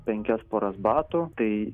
penkias poras batų tai